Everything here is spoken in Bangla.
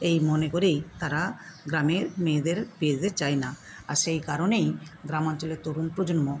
এই মনে করেই তারা গ্রামে মেয়েদের বিয়ে দিতে চায় না আর সেই কারণেই গ্রামাঞ্চলের তরুণ প্রজন্ম